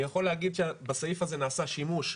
אני יכול להגיד שבסעיף הזה נעשה שימוש,